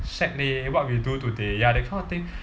shag leh what we do today ya that kind of thing